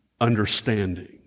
understanding